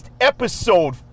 episode